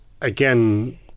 again